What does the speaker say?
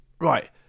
Right